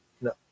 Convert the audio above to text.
no